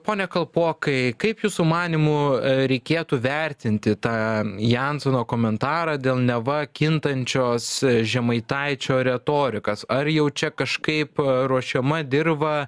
pone kalpokai kaip jūsų manymu reikėtų vertinti tą jansono komentarą dėl neva kintančios žemaitaičio retorikos ar jau čia kažkaip ruošiama dirva